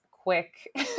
quick